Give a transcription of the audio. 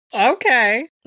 Okay